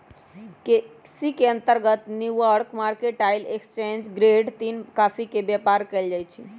केसी के अंतर्गत New York mercantile exchange grade तीन कॉफी के व्यापार कएल जाइ छइ